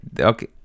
okay